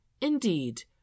Indeed